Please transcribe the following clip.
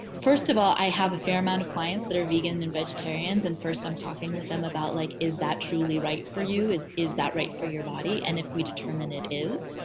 first of all, i have a fair amount of clients that are vegan and vegetarians and first i'm talking with them about like, is that truly right for you? is is that right for your body? and if we determine it is,